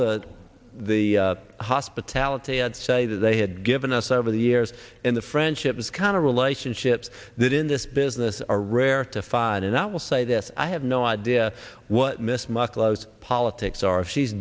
h the hospitality i'd say that they had given us over the years and the friendship is kind of relationships that in this business are rare to find and i will say this i have no idea what miss marcos politics are if she's